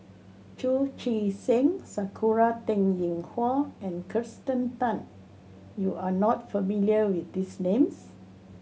Chu Chee Seng Sakura Teng Ying Hua and Kirsten Tan you are not familiar with these names